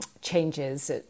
changes